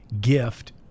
gift